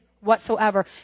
whatsoever